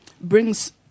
brings